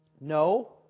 No